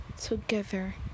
together